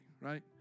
right